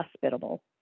hospitable